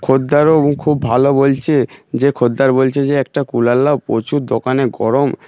খোদ্দেরও খুব ভালো বলছে যে খোদ্দের বলছে যে একটা কুলার নাও প্রচুর দোকানে গরম